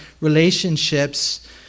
relationships